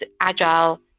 Agile